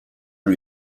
lui